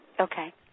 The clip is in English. Okay